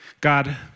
God